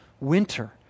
winter